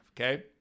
Okay